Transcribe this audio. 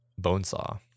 Bonesaw